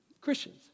Christians